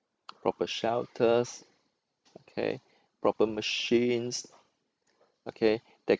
proper shelters okay proper machines okay they